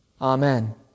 Amen